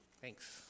Thanks